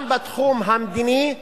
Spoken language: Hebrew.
גם בתחום המדיני,